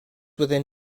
within